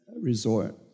Resort